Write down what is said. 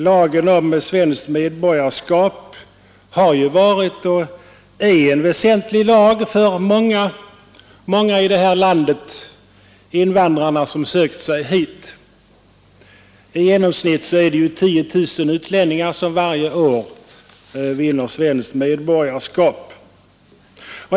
Lagen om svenskt medborgarskap har ju varit och är en väsentlig lag för många invandrare som sökt sig hit till vårt land. I genomsnitt är det 10 000 utlänningar som varje år får svenskt medborgarskap.